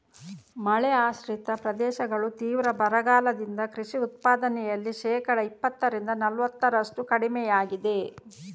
ಮಳೆ ಆಶ್ರಿತ ಪ್ರದೇಶಗಳು ತೀವ್ರ ಬರಗಾಲದಿಂದ ಕೃಷಿ ಉತ್ಪಾದನೆಯಲ್ಲಿ ಶೇಕಡಾ ಇಪ್ಪತ್ತರಿಂದ ನಲವತ್ತರಷ್ಟು ಕಡಿಮೆಯಾಗಿದೆ